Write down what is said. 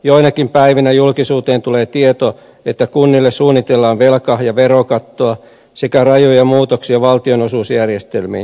joinakin päivinä julkisuuteen tulee tieto että kunnille suunnitellaan velka ja verokattoa sekä rajuja muutoksia valtionosuusjärjestelmiin